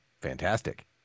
fantastic